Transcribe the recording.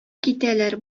китәләр